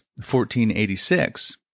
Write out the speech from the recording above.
1486